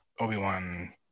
Obi-Wan